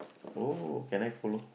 oh can I follow